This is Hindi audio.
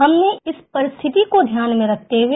हमने इस परिस्थति को ध्यान में रखते हुए